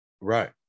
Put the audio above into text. right